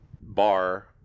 bar